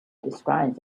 describes